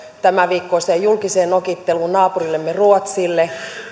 tämänviikkoiseen julkiseen nokitteluun naapurillemme ruotsille